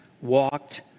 walked